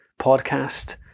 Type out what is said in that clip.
podcast